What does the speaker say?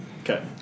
Okay